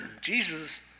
Jesus